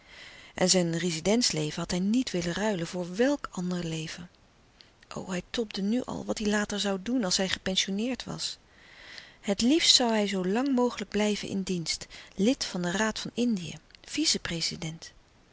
en zijn rezidentsleven had hij niet willen ruilen voor welk ander leven o hij tobde nu al wat hij later zoû doen als hij louis couperus de stille kracht gepensioeneerd was het liefst zoû hij zoo lang mogelijk blijven in dienst lid van den raad van indië vice prezident